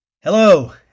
Hello